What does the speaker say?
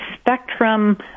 spectrum